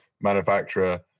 manufacturer